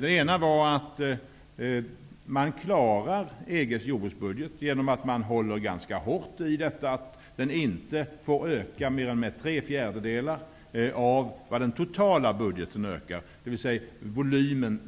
Den ena var att man klarar EG:s jordbruksbudget genom att man håller ganska hårt på att den inte får öka mer än tre fjärdedelar av vad den totala budgeten ökar, dvs. volymen